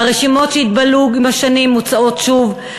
הרשימות שהתבלו עם השנים מוצאות שוב,